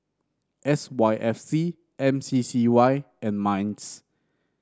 S Y F C M C C Y and Minds